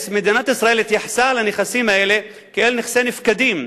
מדינת ישראל התייחסה לנכסים האלה כאל נכסי נפקדים,